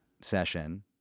session